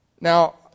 Now